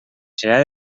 serà